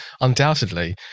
undoubtedly